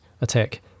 attack